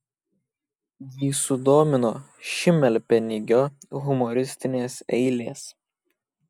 jį sudomino šimelpenigio humoristinės eilės